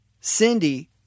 Cindy